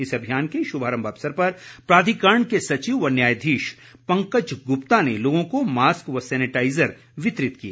इस अभियान के शुभारम्भ अवसर पर प्राधिकरण को सचिव व न्यायाधीश पंकज गुप्ता ने लोगों को मास्क व सैनिटाइज़र वितरित किए